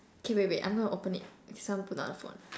K wait wait I'm gonna open it so I'll put down the phone